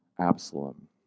Absalom